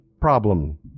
problem